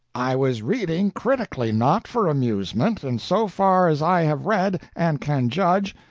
i was reading critically, not for amusement, and so far as i have read, and can judge,